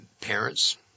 parents